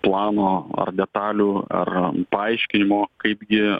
plano ar detalių ar paaiškinimo kaip gi